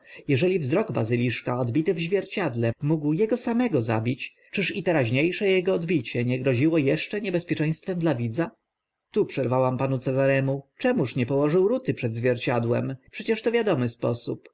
eżeli wzrok bazyliszka odbity w zwierciedle mógł ego samego zabić czyż i teraźnie sze ego odbicie nie groziło eszcze niebezpieczeństwem dla widza tu przerwałam panu cezaremu czemuż nie położył ruty przed zwierciadłem przecież to wiadomy sposób